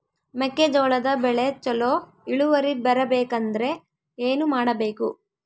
ಮೆಕ್ಕೆಜೋಳದ ಬೆಳೆ ಚೊಲೊ ಇಳುವರಿ ಬರಬೇಕಂದ್ರೆ ಏನು ಮಾಡಬೇಕು?